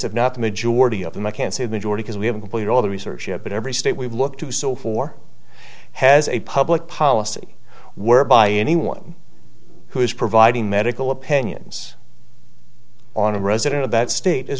have not the majority of them i can't say the majority because we have complete all the research ship in every state we've looked to so for has a public policy whereby anyone who is providing medical opinions on a resident of that state is